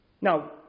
Now